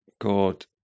God